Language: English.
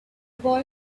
boy